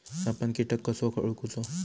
आपन कीटक कसो ओळखूचो?